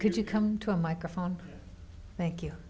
could you come to a microphone thank you